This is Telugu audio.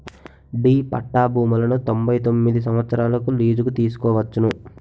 డి పట్టా భూములను తొంభై తొమ్మిది సంవత్సరాలకు లీజుకు తీసుకోవచ్చును